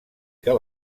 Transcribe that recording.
que